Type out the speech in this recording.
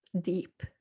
deep